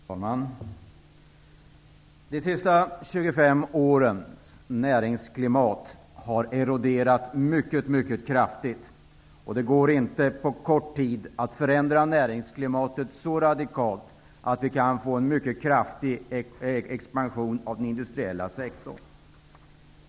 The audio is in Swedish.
Fru talman! De senaste 25 årens näringsklimat har eroderat mycket kraftigt. Det går inte att på kort tid förändra näringsklimatet så radikalt att vi kan få en mycket kraftig expansion av den industriella sektorn.